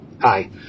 Hi